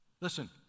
Listen